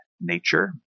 nature